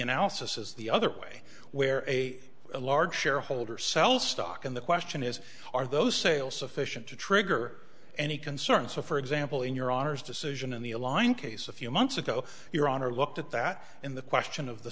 analysis is the other way where a large shareholder sell stock and the question is are those sales sufficient to trigger any concern so for example in your honour's decision in the airline case a few months ago your honor looked at that in the question of the